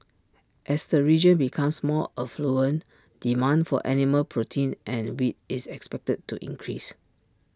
as the region becomes more affluent demand for animal protein and wheat is expected to increase